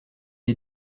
est